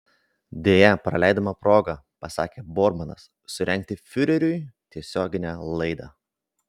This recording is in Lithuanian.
deja praleidome progą pasakė bormanas surengti fiureriui tiesioginę laidą